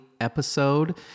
episode